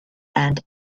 and